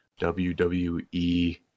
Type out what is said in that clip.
WWE